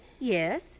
Yes